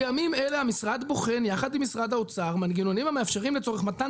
בימים אלה המשרד בוחן יחד עם משרד האוצר מנגנונים המאפשרים לצורך מתן